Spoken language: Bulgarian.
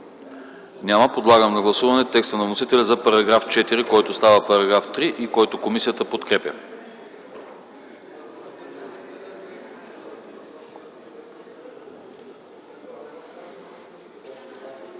Няма. Подлагам на гласуване текста на вносителя за § 4, който става § 3 и който комисията подкрепя.